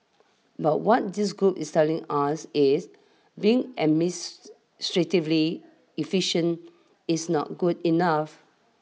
but want this group is telling us is being administratively efficient is not good enough